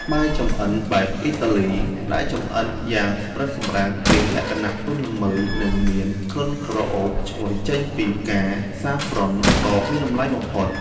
បាយចម្អិនបែបអ៊ីតាលី (Risotto) ដែលចម្អិនយ៉ាងសម្រិតសម្រាំងមានលក្ខណៈទន់ល្មើយនិងមានក្លិនក្រអូបឈ្ងុយចេញពីផ្កាសាហ្វ្រ៉ន់ (Saffron) ដ៏មានតម្លៃបំផុត។